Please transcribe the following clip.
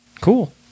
cool